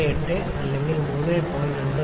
98 അല്ലെങ്കിൽ 3